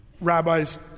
rabbis